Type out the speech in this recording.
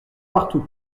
partout